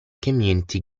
community